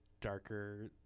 darker